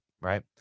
Right